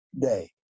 day